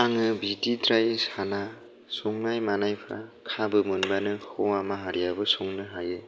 आङो बिदिद्राय साना संनाय मानायफोरा खाबु मोनबाबो हौवा माहारियाबो संनो हायो